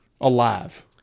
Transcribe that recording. alive